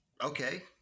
okay